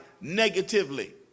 negatively